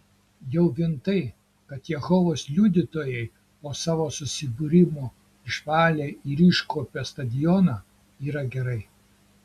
jau vien tai kad jehovos liudytojai po savo susibūrimo išvalė ir iškuopė stadioną yra gerai